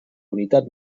unitat